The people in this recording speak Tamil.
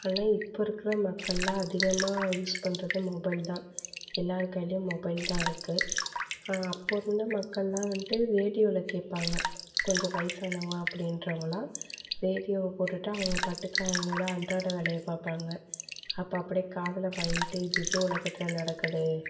ஆனால் இப்போ இருக்கிற மக்களெலாம் அதிகமாக யூஸ் பண்றது மொபைல் தான் எல்லார் கைலேயும் மொபைல் தான் இருக்குது அப்போது இருந்த மக்களெலாம் வந்துட்டு ரேடியோவில் கேட்பாங்க கொஞ்சம் வயசானவங்க அப்படின்றவுங்கல்லாம் ரேடியோவை போட்டுவிட்டு அவங்க பாட்டுக்கு அவங்களோட அன்றாட வேலையை பார்ப்பாங்க அப்போ அப்படியே காதில் வாங்கிட்டே இது இது உலகத்தில் நடக்குது